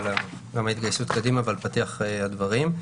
על ההתגייסות קדימה ועל פתיח הדברים.